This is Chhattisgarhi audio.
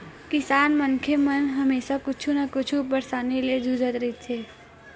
किसान मनखे मन हमेसा कुछु न कुछु परसानी ले जुझत रहिथे